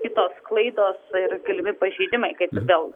kitos klaidos ir galimi pažeidimai kaip vėl